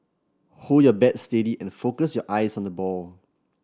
hold your bat steady and focus your eyes on the ball